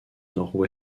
nord